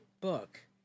book